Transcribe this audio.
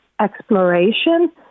exploration